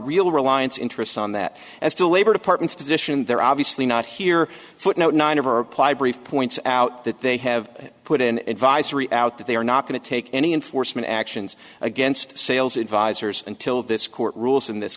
real reliance interests on that and still labor department's position they're obviously not here footnote nine or apply brief points out that they have put in out that they are not going to take any enforcement actions against sales advisers until this court rules in this